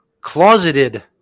Closeted